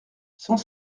cent